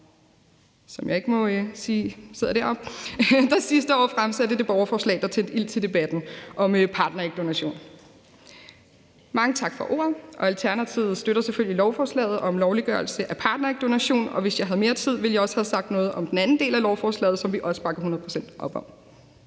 som jeg ikke må sige sidder deroppe, der sidste år fremsatte det borgerforslag, der tændte ild til debatten om partnerægdonation. Mange tak for ordet, og Alternativet støtter selvfølgelig lovforslaget om en lovliggørelse af partnerægdonation, og hvis jeg havde mere tid, ville jeg også have sagt noget om den anden del af lovforslaget, som vi også bakker hundrede